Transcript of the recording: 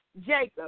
Jacob